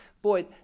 Boy